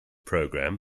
program